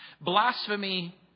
Blasphemy